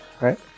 right